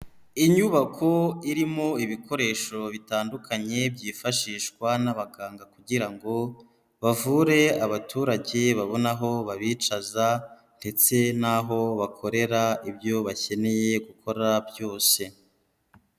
Inyubako irimo ibikoresho bitandukanye byifashishwa n'abaganga kugira ngo bavure abaturage babone aho babicaza ndetse n'aho bakorera ibyo bakeneye gukora byose.